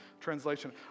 translation